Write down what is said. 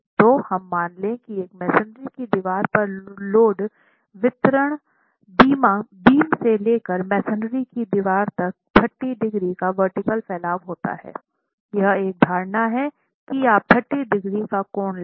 तो हम मान लें कि एक मेसनरी की दीवार पर लोड वितरण बीम से लेकर मेसनरी की दीवार तक 30 डिग्री का वर्टीकल फैलाव होता है यह एक धारणा है कि आप 30 डिग्री का कोण लेते हैं